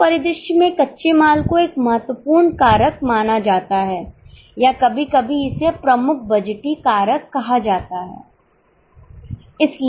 ऐसे परिदृश्य में कच्चे माल को एक महत्वपूर्ण कारक माना जाता है या कभी कभी इसे प्रमुख बजटीय कारक कहा जाता है